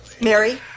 Mary